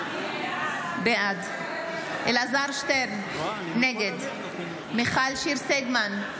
בעד אלעזר שטרן, נגד מיכל שיר סגמן,